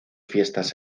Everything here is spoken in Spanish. fiestas